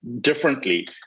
differently